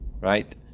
right